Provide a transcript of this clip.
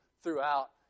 throughout